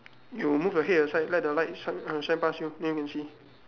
you move your head aside let the light sh~ shine pass you then you can see